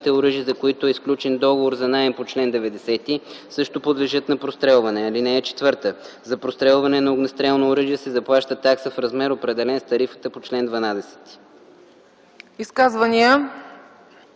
за които е сключен договор за наем по чл. 90, също подлежат на прострелване. (4) За прострелване на огнестрелно оръжие се заплаща такса в размер, определен с тарифата по чл. 12.”